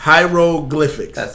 Hieroglyphics